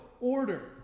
order